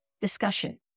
discussion